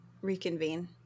reconvene